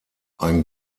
ein